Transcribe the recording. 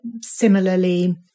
similarly